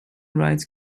rights